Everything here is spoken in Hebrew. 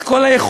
את כל היכולות,